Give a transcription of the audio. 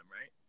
right